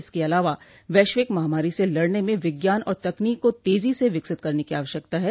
इसके अलावा वैश्विक महामारी से लड़ने में विज्ञान और तकनीक को तेजी से विकसित करने की आवश्यकता है